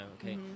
okay